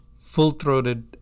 full-throated